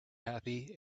happy